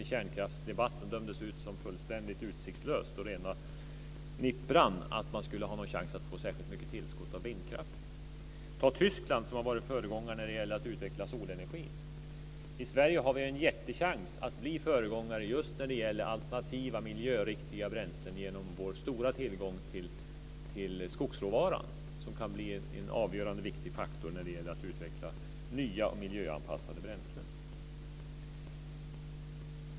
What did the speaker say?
I kärnkraftsdebatten dömdes det ut som fullständigt utsiktslös och som rena nippran att man skulle ha någon chans att få särskilt mycket tillskott av vindkraften. Tyskland har varit föregångare när det gäller att utveckla solenergin. I Sverige har vi en jättechans att bli föregångare just när det gäller alternativa miljöriktiga bränslen genom vår stora tillgång till skogsråvara. Det kan bli en avgörande viktig faktor när det gäller att utveckla nya och miljöanpassade bränslen.